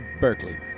Berkeley